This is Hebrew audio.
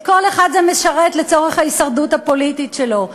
את כל אחד זה משרת לצורך ההישרדות הפוליטית שלו.